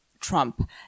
Trump